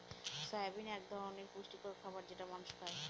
soybean এক ধরনের পুষ্টিকর খাবার যেটা মানুষ খায়